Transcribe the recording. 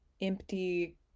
empty